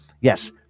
Yes